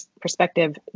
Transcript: perspective